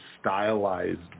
stylized